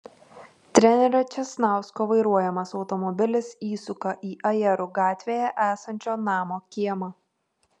trenerio česnausko vairuojamas automobilis įsuka į ajerų gatvėje esančio namo kiemą